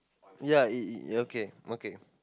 ya it it okay okay